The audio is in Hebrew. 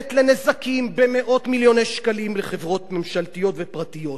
גורמת לנזקים במאות מיליוני שקלים לחברות ממשלתיות ופרטיות,